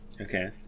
Okay